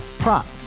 prop